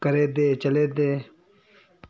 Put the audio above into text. करै दे चलै दे